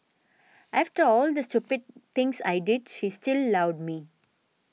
after all the stupid things I did she still loved me